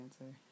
answer